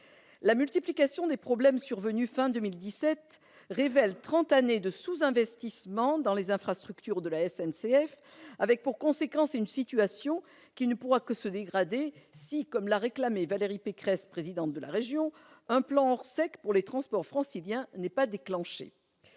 La multiplication des problèmes survenus à la fin de l'année 2017 révèle trente années de sous-investissements dans les infrastructures de la SNCF, avec pour conséquence une situation qui ne pourra que se dégrader si, comme l'a réclamé Valérie Pécresse, présidente de la région, un plan ORSEC pour les transports franciliens n'est pas déclenché.